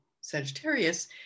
Sagittarius